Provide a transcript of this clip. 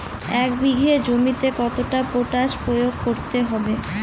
এক বিঘে জমিতে কতটা পটাশ প্রয়োগ করতে হবে?